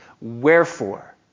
Wherefore